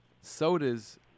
sodas